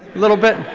little bit